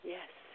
Yes